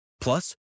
Plus